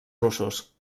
russos